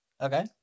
Okay